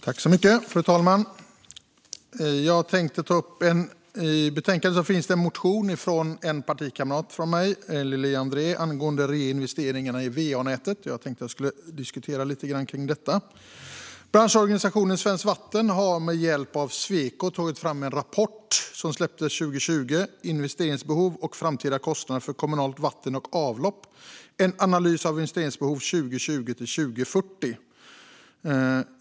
Fru talman! I betänkandet finns det en motion från en partikamrat till mig, Lili André, angående reinvesteringarna i va-nätet. Jag tänkte resonera lite kring detta. Branschorganisationen Svenskt Vatten har med hjälp av Sweco tagit fram en rapport som släpptes 2020: Investeringsbehov och framtida kostnader för kommunalt vatten och avlopp - en analys av investeringsbehov 2020 - 2040 .